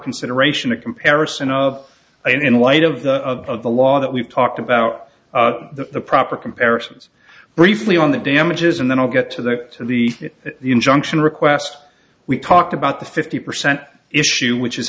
consideration a comparison of in light of the of the law that we've talked about the proper comparison briefly on the damages and then i'll get to the to the injunction request we talked about the fifty percent issue which is